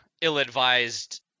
ill-advised